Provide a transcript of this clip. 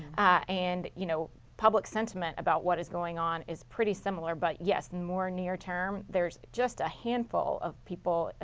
and, you know public sentiment about what is going on is pretty similar. but yes, more near-term, there is just a handful of people,